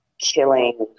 killing